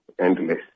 endless